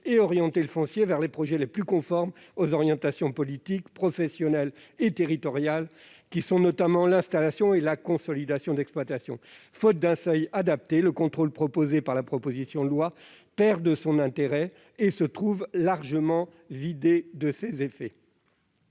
et d'orienter le foncier vers les projets les plus conformes à nos orientations politiques, professionnelles et territoriales en matière d'installation et de consolidation des exploitations. Faute d'un seuil adapté, le contrôle prévu dans la proposition de loi perd de son intérêt et se trouve largement vidé de ses effets.